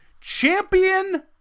champion